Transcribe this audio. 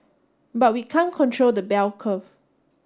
but we can't control the bell curve